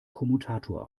kommutator